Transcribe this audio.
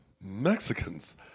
Mexicans